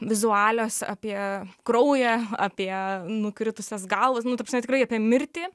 vizualios apie kraują apie nukritusias galvas nu ta prasme tikrai apie mirtį